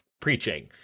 preaching